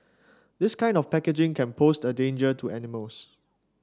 this kind of packaging can pose a danger to animals